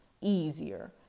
easier